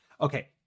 Okay